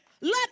Let